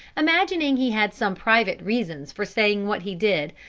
imagining he had some private reasons for saying what he did,